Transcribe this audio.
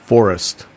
forest